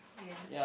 yeah